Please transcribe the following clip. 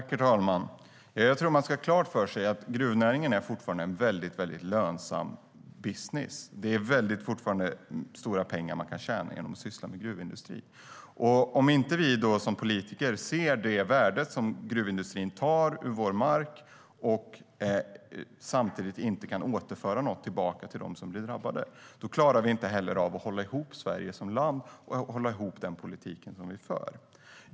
Herr ålderspresident! Man ska ha klart för sig att gruvnäringen fortfarande är en lönsam business. Man kan fortfarande tjäna väldigt mycket pengar inom gruvindustrin. Om inte vi som politiker ser det värde som gruvindustrin tar ur vår mark samtidigt som industrin inte återför något till dem som drabbas, klarar vi inte heller av att hålla ihop Sverige som land och att hålla ihop den politik som vi för.